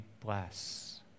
bless